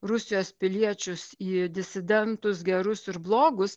rusijos piliečius į disidentus gerus ir blogus